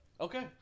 Okay